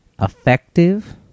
effective